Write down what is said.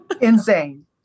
Insane